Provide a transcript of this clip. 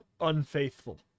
unfaithful